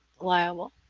liable